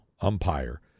umpire